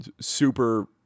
super